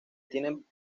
tienen